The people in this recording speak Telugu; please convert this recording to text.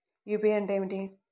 యూ.పీ.ఐ అంటే ఏమిటీ?